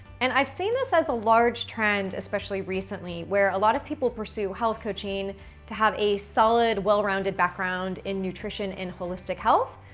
and i've seen this as a large trend, especially recently where a lot of people pursue health coaching to have a solid, well rounded background in nutrition and holistic health.